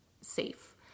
safe